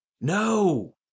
No